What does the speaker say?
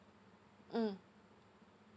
mm